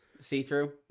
See-through